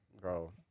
bro